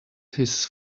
his